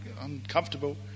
Uncomfortable